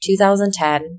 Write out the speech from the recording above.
2010